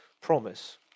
promise